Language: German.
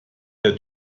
der